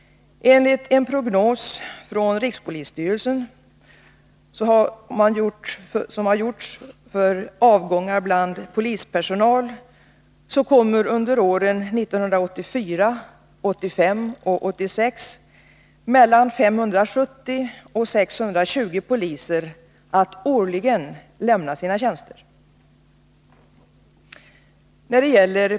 Enligt en prognos som rikspolisstyrelsen har gjort för avgångar bland polispersonal kommer under åren 1984, 1985 och 1986 mellan 570 och 620 poliser att årligen lämna sina tjänster.